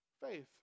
Faith